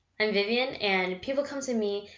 i'm vivyen, and people come to me,